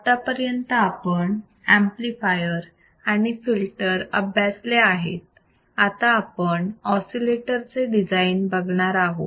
आत्तापर्यंत आपण ऍम्प्लिफायर आणि फिल्टर अभ्यासले आहेत आता आपण ऑसिलेटर चे डिझाईन बघणार आहोत